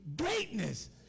greatness